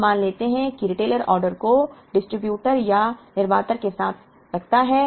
अब मान लेते हैं कि रिटेलर ऑर्डर को डिस्ट्रिब्यूटर या निर्माता के साथ रखता है